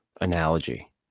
analogy